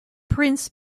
prince